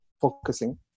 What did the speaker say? focusing